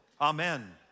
Amen